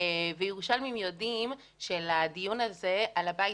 וירושלמים יודעים שהדיון הזה על הבית